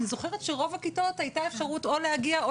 אני זוכרת שברוב הכיתות הייתה אפשרות או להגיע או